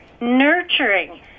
nurturing